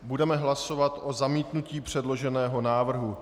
Budeme hlasovat o zamítnutí předloženého návrhu.